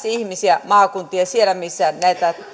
ihmisiä maakuntia sinne missä näitä